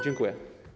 Dziękuję.